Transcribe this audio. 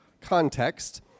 context